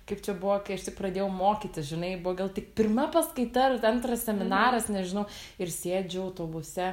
kaip čia buvo kai aš tik pradėjau mokytis žinai buvo gal tik pirma paskaita ar antras seminaras nežinau ir sėdžiu autobuse